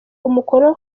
umukono